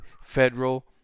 Federal